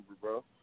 bro